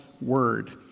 Word